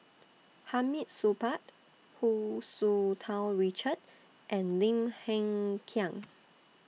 Hamid Supaat Hu Tsu Tau Richard and Lim Hng Kiang